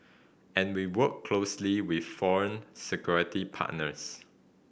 and we work closely with foreign security partners